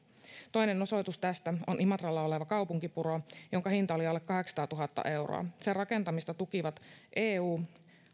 toinen osoitus tästä on imatralla oleva kaupunkipuro jonka hinta oli alle kahdeksansataatuhatta euroa sen rakentamista tukivat eu